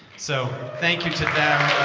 so thank you to them,